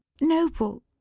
noble